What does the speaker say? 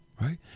Right